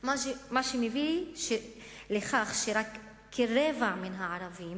מה שמביא לכך שרק כרבע מהערבים